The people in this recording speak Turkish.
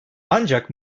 ancak